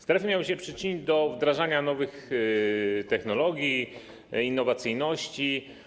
Strefy miały się przyczynić do wdrażania nowych technologii, innowacyjności.